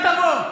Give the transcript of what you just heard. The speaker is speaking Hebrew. מה תבוא.